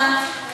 המציעים,